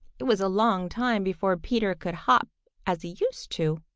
it was a long time before peter could hop as he used to,